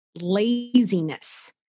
laziness